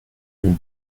nous